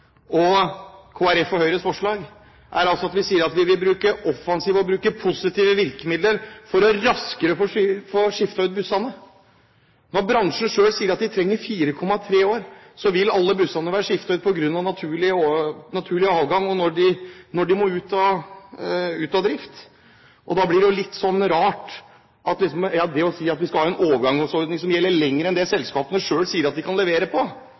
og Kristelig Folkepartis og Høyres forslag er at vi sier at vi vil bruke offensive og positive virkemidler for raskere å få skiftet ut bussene. Når bransjen selv sier at de trenger 4,3 år, for da vil alle bussene være skiftet ut på grunn av naturlig avgang for når de må ut av drift, blir det jo litt rart å si at vi skal ha en overgangsordning som er lengre enn det selskapene sier at de kan levere på